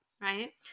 Right